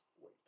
wait